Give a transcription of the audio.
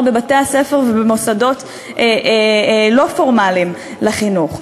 בבתי-הספר ובמוסדות לא פורמליים לחינוך,